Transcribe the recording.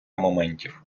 моментів